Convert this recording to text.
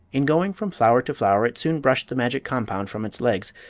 in going from flower to flower it soon brushed the magic compound from its legs,